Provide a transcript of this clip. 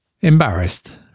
Embarrassed